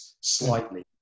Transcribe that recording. slightly